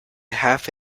half